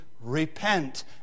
repent